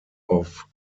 auf